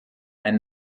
ein